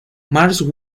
mars